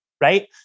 right